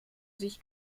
sich